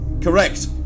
Correct